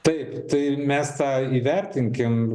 taip tai ir mes tą įvertinkim